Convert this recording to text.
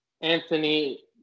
Anthony